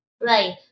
Right